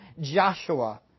Joshua